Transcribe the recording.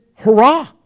Hurrah